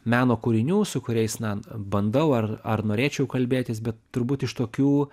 meno kūrinių su kuriais na bandau ar ar norėčiau kalbėtis bet turbūt iš tokių